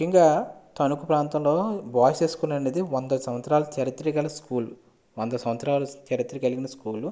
ముఖ్యంగా తణుకు ప్రాంతంలో boys high school అనేది వంద సంవత్సరాల చరిత్ర గల స్కూల్ వంద సంవత్సరాలు చరిత్ర కలిగిన స్కూలు